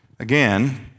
Again